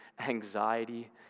anxiety